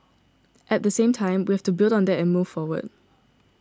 at the same time we have to build on that and move forward